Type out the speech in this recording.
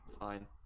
Fine